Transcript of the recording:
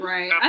Right